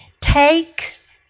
takes